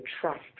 trust